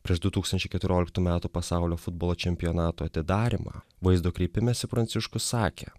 prieš du tūkstančiai keturioliktų metų pasaulio futbolo čempionato atidarymą vaizdo kreipimesy pranciškus sakė